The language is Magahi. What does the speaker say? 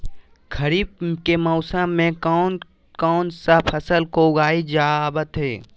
खरीफ के मौसम में कौन कौन सा फसल को उगाई जावत हैं?